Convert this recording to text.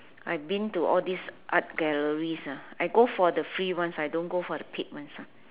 I been to all these art galleries ah I go for the free ones I don't go for the paid ones